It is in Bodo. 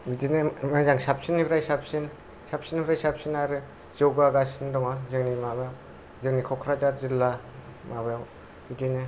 बिदिनो मोजां साबसिननिफ्राय साबसिन आरो जौगा गासिनो दं जोंनि माबायाव जोंनि कक्राझार जिल्ला माबायाव बिदिनो